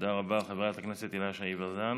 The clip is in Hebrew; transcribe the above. תודה רבה, חברת הכנסת הילה שי וזאן.